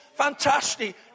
Fantastic